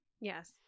Yes